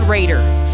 Raiders